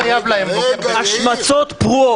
אני חושב שזה יותר --- השמצות פרועות.